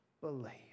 believe